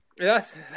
Yes